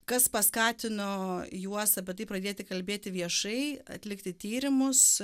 kas paskatino juos apie tai pradėti kalbėti viešai atlikti tyrimus